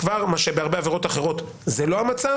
מה שבהרבה עבירות אחרות זה לא המצב.